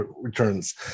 Returns